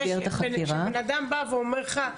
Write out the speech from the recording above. זה שבן אדם בא ואומר לך,